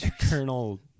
Colonel